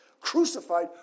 crucified